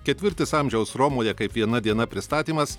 ketvirtis amžiaus romoje kaip viena diena pristatymas